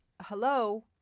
hello